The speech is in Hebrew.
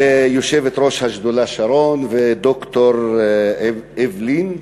יושבת-ראש השדולה שרון וד"ר קובי אבלין,